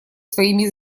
своими